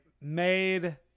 made